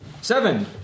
Seven